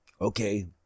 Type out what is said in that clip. Okay